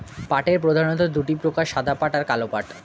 পাটের প্রধানত দুটি প্রকার সাদা পাট আর কালো পাট